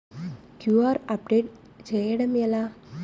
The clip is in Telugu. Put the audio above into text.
క్యూ.ఆర్ అప్డేట్ చేయడం ఎలా?